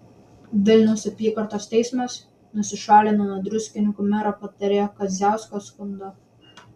vilniaus apygardos teismas nusišalino nuo druskininkų mero patarėjo kadziausko skundo